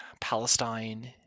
Palestine